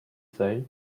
say